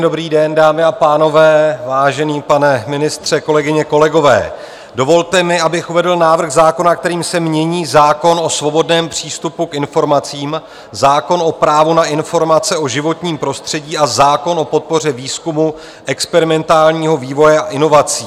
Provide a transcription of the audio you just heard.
Dobrý den, dámy a pánové, vážený pane ministře, kolegyně, kolegové, dovolte mi, abych uvedl návrh zákona, kterým se mění zákon o svobodném přístupu k informacím, zákon o právo na informace o životním prostředí a zákon o podpoře výzkumu, experimentálního vývoje a inovací.